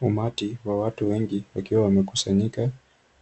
Umati wa watu wengi wakiwa wamekusanyika